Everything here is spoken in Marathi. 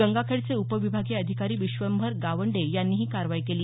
गंगाखेडचे उपविभागीय अधिकारी विश्वंभर गावंडे यांनी ही कारवाई केली